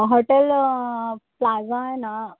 hotel plaza आहे ना